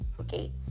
okay